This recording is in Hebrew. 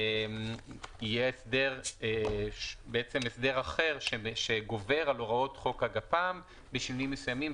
יהיה הסדר אחר שגובר על הוראות חוק הגפ"מ בשינויים מסוימים.